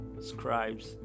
scribes